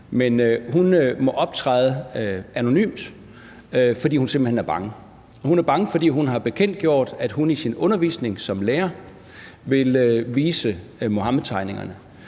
Hun må optræde anonymt, fordi hun simpelt hen er bange. Hun er bange, fordi hun har bekendtgjort, at hun i sin undervisning som lærer vil vise Muhammedtegningerne,